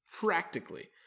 practically